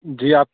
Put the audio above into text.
جی آپ